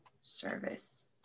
service